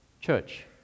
church